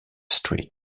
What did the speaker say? street